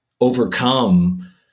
overcome